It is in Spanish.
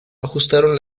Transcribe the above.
ajustaron